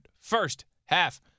first-half